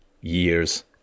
years